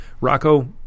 Rocco